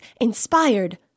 inspired